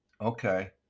okay